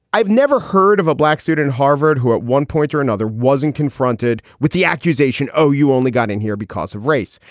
i've never heard of a black student, harvard, who at one point or another wasn't confronted with the accusation. oh, you only got in here because of race.